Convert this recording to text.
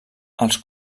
els